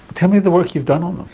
tell me the work you've done on them.